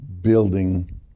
building